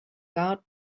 guard